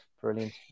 brilliant